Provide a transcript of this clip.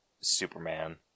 Superman